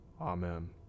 Amen